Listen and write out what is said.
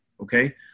okay